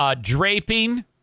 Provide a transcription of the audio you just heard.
draping